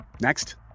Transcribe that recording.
Next